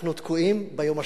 אנחנו תקועים ביום השביעי.